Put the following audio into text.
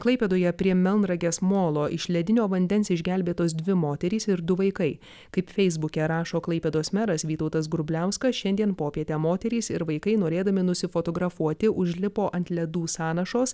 klaipėdoje prie melnragės molo iš ledinio vandens išgelbėtos dvi moterys ir du vaikai kaip feisbuke rašo klaipėdos meras vytautas grubliauskas šiandien popietę moterys ir vaikai norėdami nusifotografuoti užlipo ant ledų sąnašos